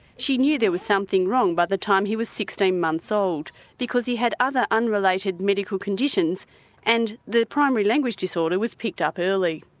she knew there was something wrong by the time he was sixteen months old because he had other unrelated medical conditions and the primary language disorder was picked up early.